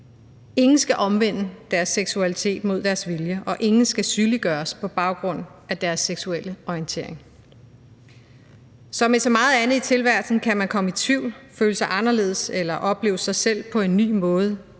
Ingen skal omvende deres seksualitet mod deres vilje, og ingen skal sygeliggøres på baggrund af deres seksuelle orientering. Som med så meget andet i tilværelsen kan man komme i tvivl, føle sig anderledes eller opleve sig selv på en ny måde